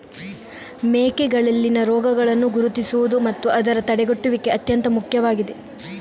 ಮೇಕೆಗಳಲ್ಲಿನ ರೋಗಗಳನ್ನು ಗುರುತಿಸುವುದು ಮತ್ತು ಅದರ ತಡೆಗಟ್ಟುವಿಕೆ ಅತ್ಯಂತ ಮುಖ್ಯವಾಗಿದೆ